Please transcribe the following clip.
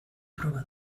proba